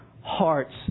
hearts